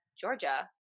Georgia